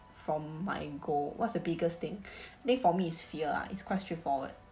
from my goal what's the biggest thing this for me is fear ah it's quite straightforward